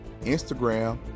Instagram